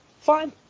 fine